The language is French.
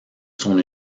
son